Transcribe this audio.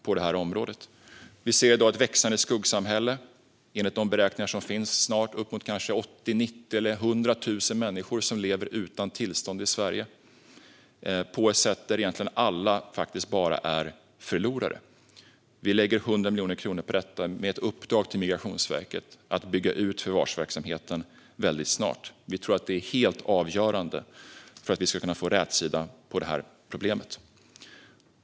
I dag kan man se ett växande skuggsamhälle. Enligt de beräkningar som finns lever i dag snart kanske 80 000, 90 000 eller 100 000 människor i Sverige utan tillstånd på ett sätt där egentligen alla bara är förlorare. Moderaterna lägger 100 miljoner kronor på detta med ett uppdrag till Migrationsverket att bygga ut förvarsverksamheten väldigt snart. Vi tror att det är helt avgörande för att man ska få rätsida på detta problem.